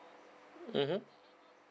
mmhmm